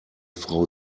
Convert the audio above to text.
frau